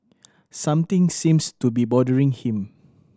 something seems to be bothering him